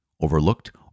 overlooked